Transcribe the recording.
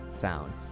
found